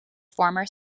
former